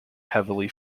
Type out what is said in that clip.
heavily